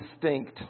distinct